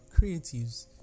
creatives